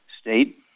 state